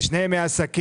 זה שני ימי עסקים.